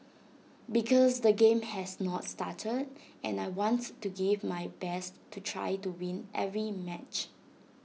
because the game has not started and I wants to give my best to try to win every match